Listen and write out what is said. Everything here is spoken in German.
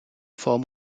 form